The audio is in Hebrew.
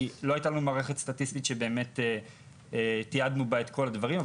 כי לא הייתה לנו מערכת סטטיסטית שתיעדנו בה את כל הדברים.